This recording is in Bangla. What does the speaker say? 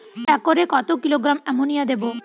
একরে কত কিলোগ্রাম এমোনিয়া দেবো?